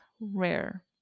rare